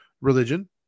religion